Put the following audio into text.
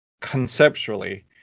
conceptually